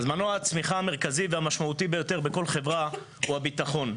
מנוע הצמיחה המרכזי והמשמעותי ביותר בכל חברה הוא הביטחון,